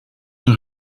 hun